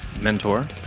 mentor